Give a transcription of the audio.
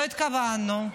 לא התכוונתי,